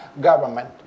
government